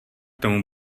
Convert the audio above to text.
tomu